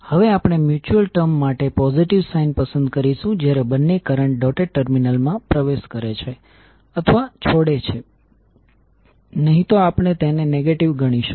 હવે આપણે mutual term માટે પોઝિટિવ સાઈન પસંદ કરીશું જ્યારે બંને કરંટ ડોટેડ ટર્મિનલ્સ માં પ્રવેશ કરે છે અથવા છોડે છે નહીં તો આપણે તેને નેગેટિવ ગણીશું